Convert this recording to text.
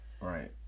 right